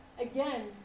again